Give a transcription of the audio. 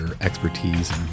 expertise